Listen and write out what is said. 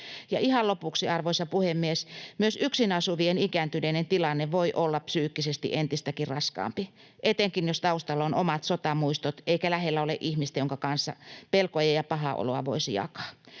ihan lopuksi, arvoisa puhemies: Myös yksin asuvien ikääntyneiden tilanne voi olla psyykkisesti entistäkin raskaampi, etenkin jos taustalla ovat omat sotamuistot eikä lähellä ole ihmistä, jonka kanssa pelkoja ja pahaa oloa voisi jakaa.